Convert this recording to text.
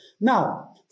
Now